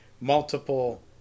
multiple